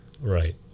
right